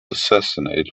assassinated